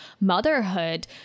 motherhood